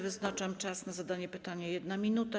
Wyznaczam czas na zadanie pytania na 1 minutę.